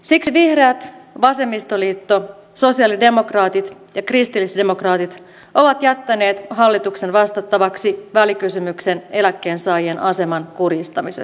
siksi vihreät vasemmistoliitto sosialidemokraatit ja kristillisdemokraatit ovat jättäneet hallituksen vastattavaksi välikysymyksen eläkkeensaajien aseman kurjistamisesta